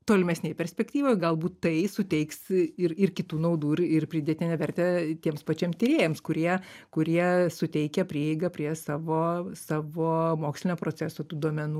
tolimesnėj perspektyvoj galbūt tai suteiks ir ir kitų naudų ir ir pridėtinę vertę tiems pačiem tyrėjams kurie kurie suteikia prieigą prie savo savo mokslinio proceso tų duomenų